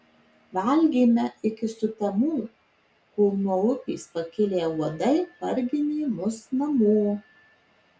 valgėme iki sutemų kol nuo upės pakilę uodai parginė mus namo